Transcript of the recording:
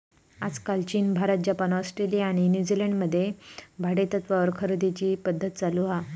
आजकाल चीन, भारत, जपान, ऑस्ट्रेलिया आणि न्यूजीलंड मध्ये भाडेतत्त्वावर खरेदीची पध्दत चालु हा